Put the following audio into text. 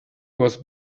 was